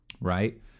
Right